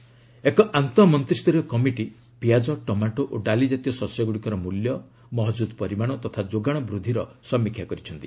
tomatoes ଏକ ଆନ୍ତଃମନ୍ତ୍ରିସ୍ତରୀୟ committee ପିଆଜ୍ଚ ଟମାଟୋ ଓ ଡାଲିଜାତୀୟ ଶସ୍ୟଗୁଡ଼ିକର ମୂଲ୍ୟ ମହକ୍କୁଦ ପରିମାଣ ତଥା ଯୋଗାଣ ବୃଦ୍ଧିର ସମୀକ୍ଷା କରିଛନ୍ତି